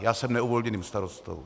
Já jsem neuvolněným starostou.